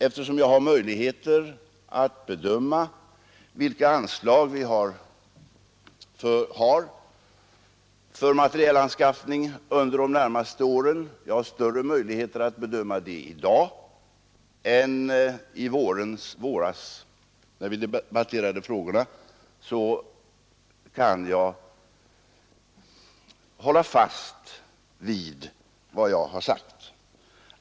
Eftersom jag har möjligheter att bedöma vilka anslag vi har för materielanskaffning under de närmaste åren — jag har större möjlighet att bedöma det i dag än i våras när vi debatterade frågorna — kan jag hålla fast vid vad jag har sagt.